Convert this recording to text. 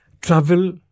Travel